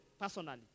personally